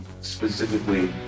specifically